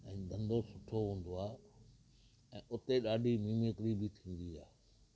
ऐं धंधो सुठो हूंदो आहे ऐं उते ॾाढी मिमिकिरी बि थींदी आहे